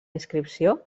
inscripció